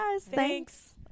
Thanks